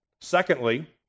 Secondly